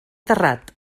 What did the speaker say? terrat